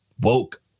woke